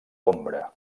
ombra